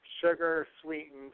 sugar-sweetened